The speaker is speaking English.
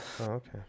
Okay